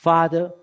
Father